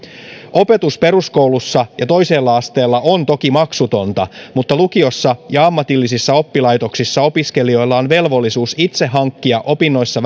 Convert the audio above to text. opetus peruskoulussa ja toisella asteella on toki maksutonta mutta lukiossa ja ammatillisissa oppilaitoksissa opiskelijoilla on velvollisuus itse hankkia opinnoissa